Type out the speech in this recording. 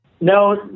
No